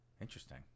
Interesting